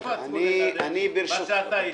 איפה הצמודי-גדר, מה שאתה אישרת?